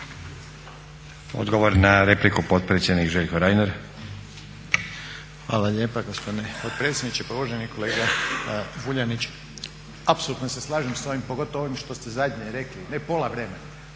Odgovor na repliku potpredsjednik Željko Reiner. **Reiner, Željko (HDZ)** Hvala lijepa gospodine potpredsjedniče. Pa uvaženi kolega Vuljanić, apsolutno se slažem s ovim, pogotovo ovim što ste zadnje rekli, ne pola vremena,